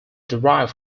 derived